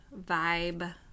vibe